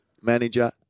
manager